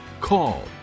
Call